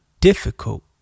difficult